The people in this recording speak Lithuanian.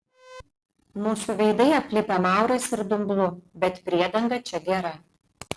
mūsų veidai aplipę maurais ir dumblu bet priedanga čia gera